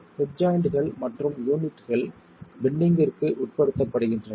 head ஜாய்ண்ட்கள் மற்றும் யூனிட்கள் பெண்டிங்ற்கு உட்படுத்தப்படுகின்றன